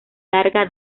larga